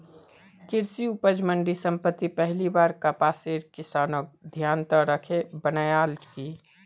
कृषि उपज मंडी समिति पहली बार कपासेर किसानक ध्यानत राखे बनैयाल की